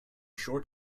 short